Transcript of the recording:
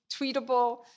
tweetable